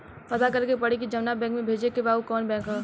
पता करे के पड़ी कि जवना बैंक में भेजे के बा उ कवन बैंक ह